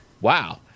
wow